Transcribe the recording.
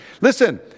Listen